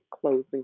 closing